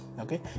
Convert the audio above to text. okay